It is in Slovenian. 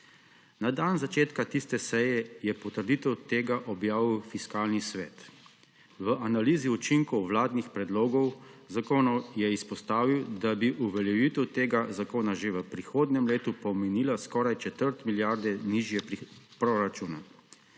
Na dan začetka tiste seje, je potrditev tega objavil Fiskalni svet. V analizi učinkov vladnih predlogov zakonov je izpostavil, da bi uveljavitev tega zakona že v prihodnjem letu pomenila skoraj četrt milijarde nižje proračune